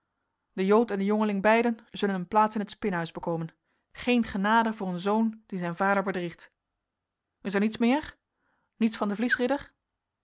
de jood en de jongeling beiden zullen een plaats in t spinhuis bekomen geen genade voor een zoon die zijn vader bedriegt is er niets meer niets van den